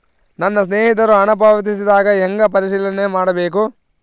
ನನ್ನ ಸ್ನೇಹಿತರು ಹಣ ಪಾವತಿಸಿದಾಗ ಹೆಂಗ ಪರಿಶೇಲನೆ ಮಾಡಬೇಕು?